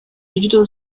digital